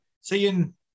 Seeing